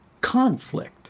conflict